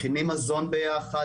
מכינים מזון ביחד.